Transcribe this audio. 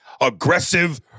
aggressive